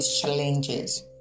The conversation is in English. challenges